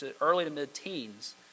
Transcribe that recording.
early-to-mid-teens